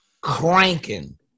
cranking